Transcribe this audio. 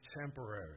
temporary